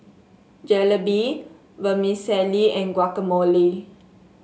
Jalebi Vermicelli and Guacamole